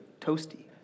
toasty